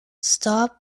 stop